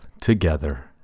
together